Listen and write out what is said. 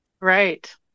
Right